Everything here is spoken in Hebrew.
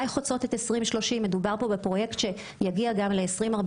זה פרויקט שיגיע גם ל-2050